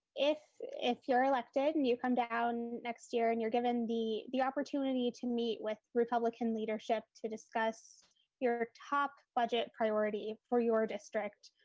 if if you're elected and you come down next year and you're given the the opportunity to meet with republican leadership to discuss your top budget priority for your district.